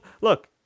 Look